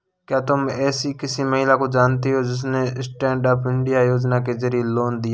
क्या तुम एसी किसी महिला को जानती हो जिसने स्टैन्डअप इंडिया योजना के जरिए लोन लिया था?